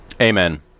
Amen